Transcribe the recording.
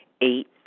Eight